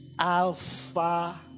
Alpha